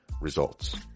Results